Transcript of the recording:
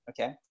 Okay